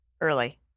early